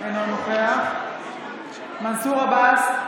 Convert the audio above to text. אינו נוכח מנסור עבאס,